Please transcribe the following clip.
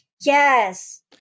Yes